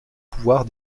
pouvoirs